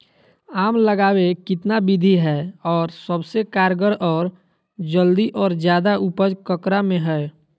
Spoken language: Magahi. आम लगावे कितना विधि है, और सबसे कारगर और जल्दी और ज्यादा उपज ककरा में है?